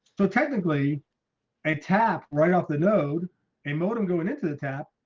so technically a tap right off the node a modem going into the tap.